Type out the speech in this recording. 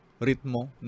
ritmo